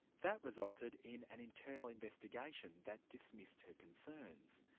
that resulted in an internal investigation that dismissed her concerns,